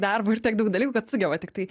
darbo ir tiek daug dalykų kad sugeba tiktai